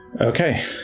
Okay